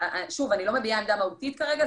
אני לא מביעה עמדה מהותית כרגע,